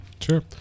sure